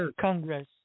Congress